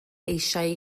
eisiau